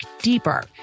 deeper